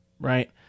Right